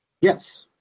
yes